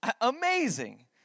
Amazing